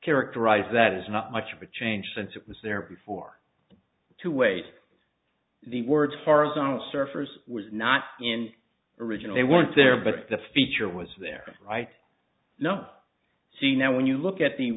characterize that as not much of a change since it was there before to wait the word farzana surfer's was not in the original they weren't there but the feature was there right no see now when you look at the